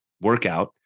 workout